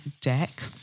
deck